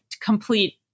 complete